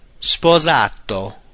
Sposato